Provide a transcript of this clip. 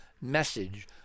message